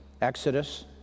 Exodus